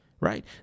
Right